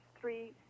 three